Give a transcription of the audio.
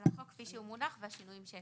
על החוק כפי שהוא מונח ועל השינויים שהקראתי.